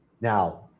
now